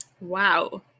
Wow